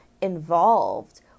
involved